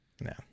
No